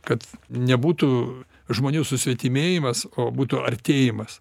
kad nebūtų žmonių susvetimėjimas o būtų artėjimas